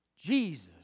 Jesus